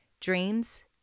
dreams